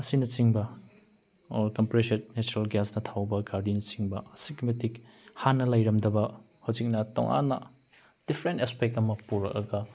ꯑꯁꯤꯅꯆꯤꯡꯕ or compressor natural ꯒ꯭ꯌꯥꯁꯅ ꯊꯧꯕ ꯒꯥꯔꯤꯅꯆꯤꯡꯕ ꯑꯁꯨꯛꯀꯤ ꯃꯇꯤꯛ ꯍꯥꯟꯅ ꯂꯩꯔꯝꯗꯕ ꯍꯧꯖꯤꯛꯅ ꯇꯣꯡꯉꯥꯟꯅ ꯗꯤꯐꯔꯦꯟ ꯑꯦꯁꯄꯦꯛ ꯑꯃ ꯄꯨꯔꯛꯑꯒ